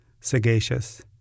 Sagacious